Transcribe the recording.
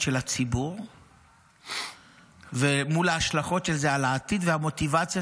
של הציבור ומול ההשלכות של זה לעתיד ועל המוטיבציה